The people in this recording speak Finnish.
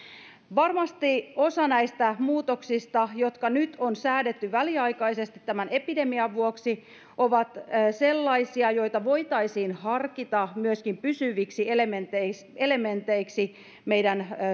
varmasti osa näistä muutoksista jotka nyt on säädetty väliaikaisesti tämän epidemian vuoksi on sellaisia joita voitaisiin harkita myöskin pysyviksi elementeiksi elementeiksi meidän